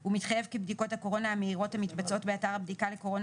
הוא מתחייב כי בדיקות הקורונה המהירות המתבצעות באתר הבדיקה לקורונה